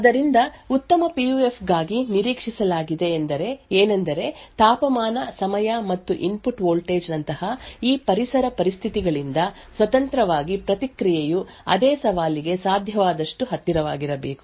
ಆದ್ದರಿಂದ ಉತ್ತಮ ಪಿಯುಎಫ್ ಗಾಗಿ ನಿರೀಕ್ಷಿಸಲಾಗಿದೆ ಏನೆಂದರೆ ತಾಪಮಾನ ಸಮಯ ಮತ್ತು ಇನ್ಪುಟ್ ವೋಲ್ಟೇಜ್ ನಂತಹ ಈ ಪರಿಸರ ಪರಿಸ್ಥಿತಿಗಳಿಂದ ಸ್ವತಂತ್ರವಾಗಿ ಪ್ರತಿಕ್ರಿಯೆಯು ಅದೇ ಸವಾಲಿಗೆ ಸಾಧ್ಯವಾದಷ್ಟು ಹತ್ತಿರವಾಗಿರಬೇಕು